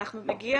אנחנו נגיע